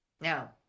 Now